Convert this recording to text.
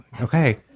Okay